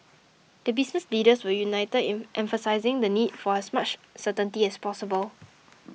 the business leaders were united in emphasising the need for as much certainty as possible